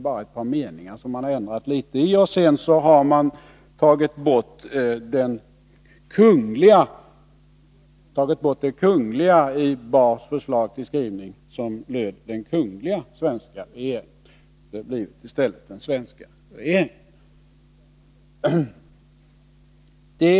Man har bara ändrat litet i ett par meningar, och man har tagit bort ”det kungliga” i Bahrs förslag till skrivning — ”den kungliga svenska regeringen” har i stället blivit ”den svenska regeringen”.